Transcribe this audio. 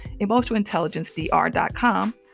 emotionalintelligencedr.com